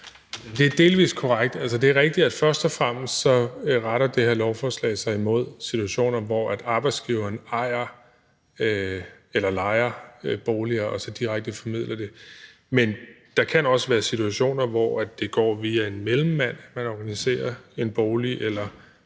Det er delvis korrekt. Det er rigtigt, at først og fremmest retter det her lovforslag sig imod situationer, hvor arbejdsgiveren ejer eller lejer boliger og så direkte formidler dem, men der kan også være situationer, hvor man via en mellemmand organiserer en bolig